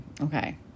okay